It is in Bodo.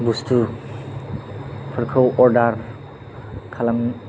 बुस्थुफोरखौ अर्डार खालाम